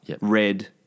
Red